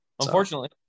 Unfortunately